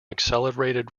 accelerated